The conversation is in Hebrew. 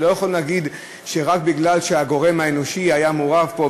ולא יכולים להגיד שרק בגלל שהגורם האנושי היה מעורב פה,